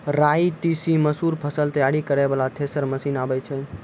राई तीसी मसूर फसल तैयारी करै वाला थेसर मसीन आबै छै?